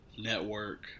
network